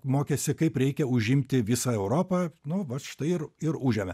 mokėsi kaip reikia užimti visą europą nu vat štai ir ir užėmė